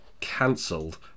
cancelled